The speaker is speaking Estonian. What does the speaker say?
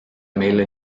meile